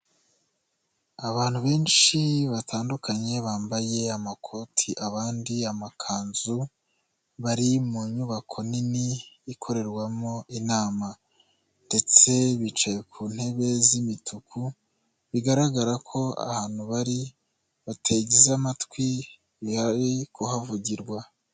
Abantu benshi batandukanye bambaye amakoti abandi amakanzu, bari mu nyubako nini ikorerwamo inama ndetse bicaye ku ntebe z'imituku, bigaragara ko ahantu bari bateze amatwi ibiri kuhavugirwa.